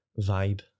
vibe